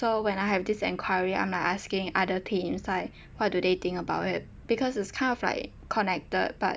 so when I have this enquiry I'm like asking other teams like what do they think about it because it's kind of like connected but